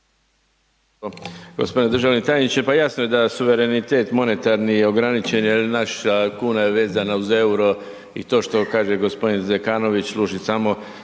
Hvala